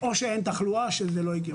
או שאין תחלואה שזה לא הגיוני.